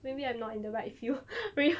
maybe I'm not in the right field re~